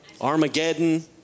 Armageddon